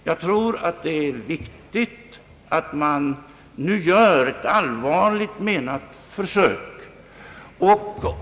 Jag tror att det är viktigt att nu göra ett allvarligt försök.